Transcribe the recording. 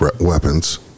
weapons